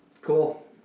cool